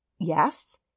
Yes